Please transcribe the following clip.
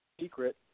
secret